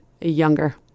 Younger